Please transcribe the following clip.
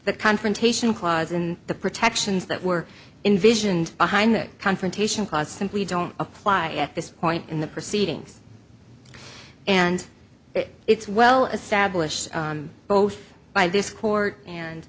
the confrontation clause in the protections that were in visioned behind the confrontation clause simply don't apply at this point in the proceedings and it's well established both by this court and